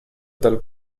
dal